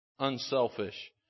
unselfish